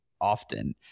often